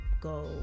go